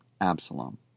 Absalom